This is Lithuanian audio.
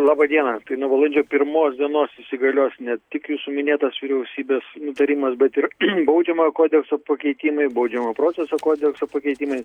labą dieną tai nuo balandžio pirmos dienos įsigalios ne tik jūsų minėtas vyriausybės nutarimas bet ir baudžiamojo kodekso pakeitimai baudžiamojo proceso kodekso pakeitimai